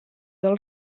del